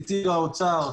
נציג האוצר,